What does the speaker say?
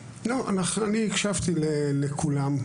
לא, אני הקשבתי לכולם.